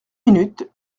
minutes